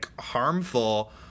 harmful